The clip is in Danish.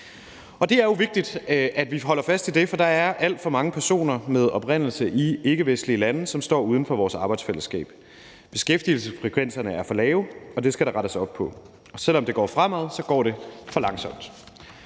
dag. Det er jo vigtigt, at vi holder fast i det, for der er alt for mange personer med oprindelse i ikkevestlige lande, som står uden for vores arbejdsfællesskab. Beskæftigelsesfrekvenserne er for lave, og det skal der rettes op på. Selv om det går fremad, går det for langsomt.